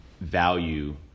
value